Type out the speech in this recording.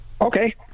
Okay